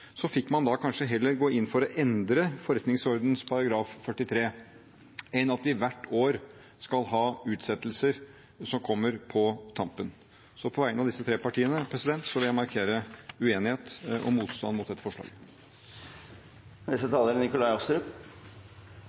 man heller gått inn for å endre forretningsordenens § 43 enn at vi hvert år skal ha utsettelser som kommer på tampen. Så på vegne av disse tre partiene vil jeg markere uenighet og motstand mot dette forslaget. Årsaken til at det er